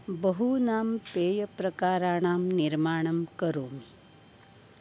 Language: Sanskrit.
बहूनां पेयप्रकाराणां निर्माणं करोमि